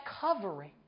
covering